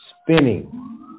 spinning